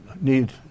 need